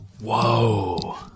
Whoa